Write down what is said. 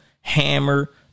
hammer